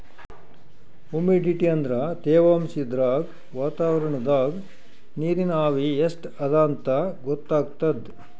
humidity ಅಂದ್ರ ತೆವಾಂಶ್ ಇದ್ರಾಗ್ ವಾತಾವರಣ್ದಾಗ್ ನೀರಿನ್ ಆವಿ ಎಷ್ಟ್ ಅದಾಂತ್ ಗೊತ್ತಾಗ್ತದ್